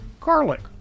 garlic